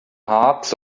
hearts